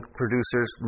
producers